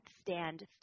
stand